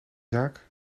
zaak